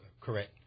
correct